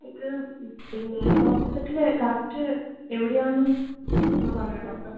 ഇത് പിന്നെ hospital correct എവിടെയാണ് ഒന്ന് പറയുമോ ഡോക്ടർ